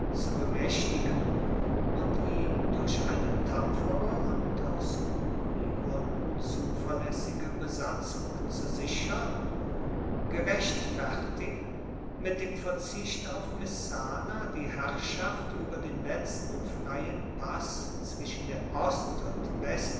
zu bemaechtigen und ihn durch eine tapfere und aus guten gruenden zuverlaessige besatzung zu sichern gerechtfertigt mit dem verzicht auf messana die herrschaft ueber den letzten freien pass zwischen der ost und westsee